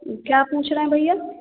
हम्म क्या पूछ रह हैं भैया